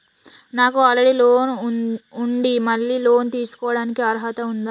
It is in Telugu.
నాకు ఆల్రెడీ లోన్ ఉండి మళ్ళీ లోన్ తీసుకోవడానికి అర్హత ఉందా?